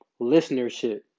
listenership